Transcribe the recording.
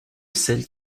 celles